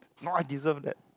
no I deserve that